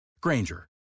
Granger